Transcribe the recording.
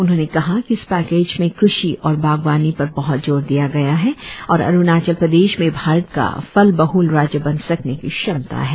उन्होंने कहा कि इस पैकेज में कृषि और बागवानी पर बहत जोर दिया गया है और अरूणाचल प्रदेश में भारत का फल बहल राज्य बन सकने की क्षमता है